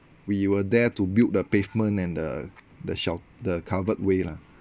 we were there to build the pavement and the the shel~ the covered way lah